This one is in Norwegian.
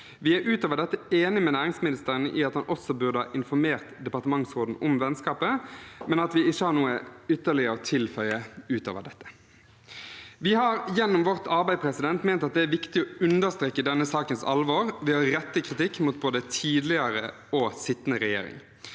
Vi er ut over dette enig med næringsministeren i at han også burde ha informert departementsråden om vennskapet, men vi har ikke noe ytterligere å tilføye ut over dette. Vi har gjennom vårt arbeid ment at det er viktig å understreke denne sakens alvor ved å rette kritikk mot både tidligere og sittende regjering.